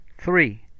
Three